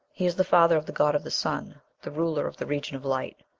he is the father of the god of the sun, the ruler of the region of light.